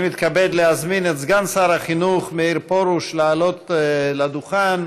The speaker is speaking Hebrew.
אני מתכבד להזמין את סגן שר החינוך מאיר פרוש לעלות לדוכן.